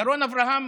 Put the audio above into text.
ירון אברהם